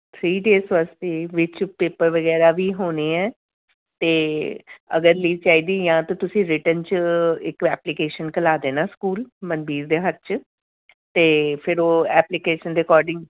three days ਵਾਸਤੇ ਵਿੱਚ paper ਵਗੈਰਾ ਵੀ ਹੋਣੇ ਹੈ ਅਤੇ ਅਗਰ ਲੀਵ ਚਾਹੀਦੀ ਆ ਤਾਂ ਤੁਸੀਂ ਰਿਟਨ 'ਚ ਇਕ ਐਪਲੀਕੇਸ਼ਨ ਘਿਲਾ ਦੇਣਾ ਸਕੂਲ ਮਨਵੀਰ ਦੇ ਹੱਥ 'ਚ ਅਤੇ ਫਿਰ ਉਹ ਐਪਲੀਕੇਸ਼ਨ ਦੇ ਅਕੋਰਡਿੰਗ